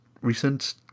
recent